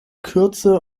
kürze